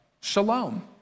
shalom